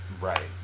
Right